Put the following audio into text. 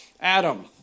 Adam